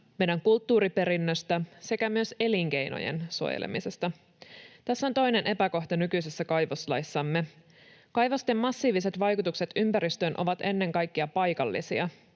meidän kulttuuriperinnöstä sekä myös elinkeinojen suojelemisesta. Tässä on toinen epäkohta nykyisessä kaivoslaissamme. Kaivosten massiiviset vaikutukset ympäristöön ovat ennen kaikkea paikallisia,